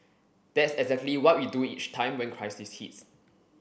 that's exactly what we do each time when crisis hits